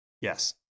Yes